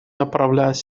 направлять